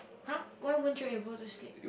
[huh] why won't you able to sleep